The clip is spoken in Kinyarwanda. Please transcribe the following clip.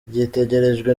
gitegerejwe